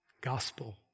gospel